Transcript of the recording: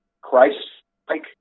Christ-like